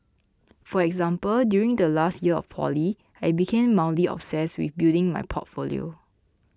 for example during the last year of poly I became mildly obsessed with building my portfolio